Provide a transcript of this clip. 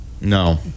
No